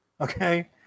Okay